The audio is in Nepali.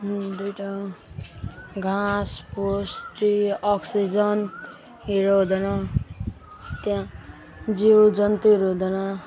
दुइटा घाँसफुस ट्री अक्सिजनहरू हुँदैन त्यहाँ जीवजन्तुहरू हुँदैन